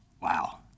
wow